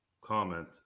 comment